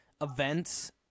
events